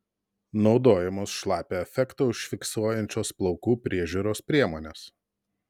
naudojamos šlapią efektą užfiksuojančios plaukų priežiūros priemonės